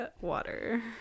water